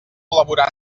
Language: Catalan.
col·laborar